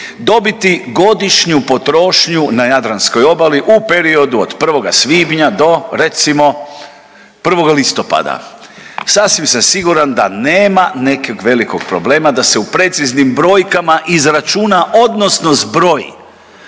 dobiti godišnju potrošnju ja jadranskoj obali u periodu od 1. svibnja do recimo 1. listopada, sasvim sam siguran da nema nekog velikog problema da se u preciznim brojkama izračuna odnosno zbroji